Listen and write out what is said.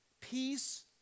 Peace